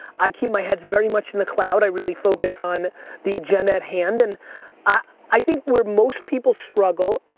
i keep my heads very much in the cloud. i really focus on the agenda at hand, and ah i think where most people struggle,